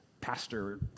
Pastor